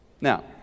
Now